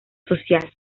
social